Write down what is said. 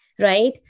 Right